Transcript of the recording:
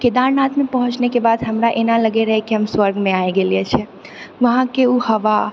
केदारनाथ पहुँचनेके बाद हमरा एना लगै रहै कि हम स्वर्गमे आइ गेलिऐ छिऐ वहाँके ओ हवा